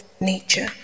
nature